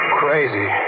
crazy